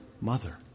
mother